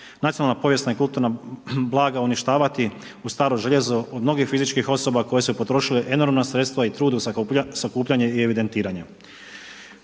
nacionalna, povijesna i kulturna blaga uništavati u staro željelo od mnogih fizičkih osoba koje su potrošile enormna sredstva i trud u sakupljanju i evidentiranju.